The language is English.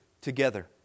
Together